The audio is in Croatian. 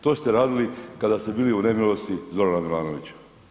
To ste radili kada ste bili u nemilosti Zorana Milanovića.